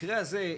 במקרה הזה,